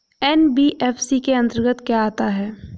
NBFC के अंतर्गत क्या आता है?